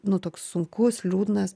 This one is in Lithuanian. nu toks sunkus liūdnas